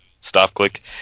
stop-click